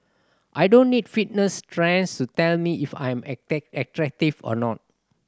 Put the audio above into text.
I don't need fitness trends to tell me if I'm attack attractive or not